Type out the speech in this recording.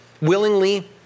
willingly